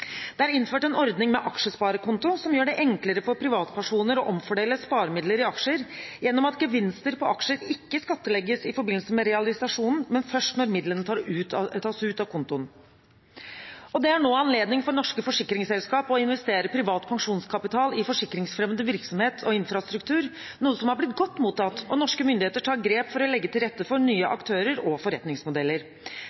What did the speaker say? Det er innført en ordning med aksjesparekonto, som gjør det enklere for privatpersoner å omfordele sparemidler i aksjer gjennom at gevinster på aksjer ikke skattlegges i forbindelse med realisasjon, men først når midlene tas ut av kontoen. Det er nå anledning for norske forsikringsselskap til å investere privat pensjonskapital i forsikringsfremmende virksomhet og infrastruktur, noe som har blitt godt mottatt. Og norske myndigheter tar grep for å legge til rette for nye